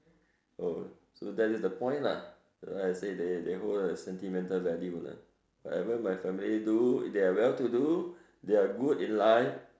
oh so that is the point lah like I say they they hold a sentimental value lah whatever my family do they are well to do they are good in life